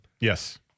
Yes